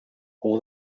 all